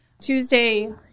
Tuesday